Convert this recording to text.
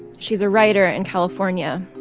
she's a writer in california.